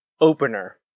opener